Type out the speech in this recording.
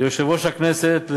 ליושב-ראש הכנסת,